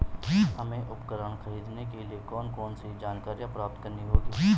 हमें उपकरण खरीदने के लिए कौन कौन सी जानकारियां प्राप्त करनी होगी?